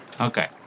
Okay